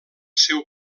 seu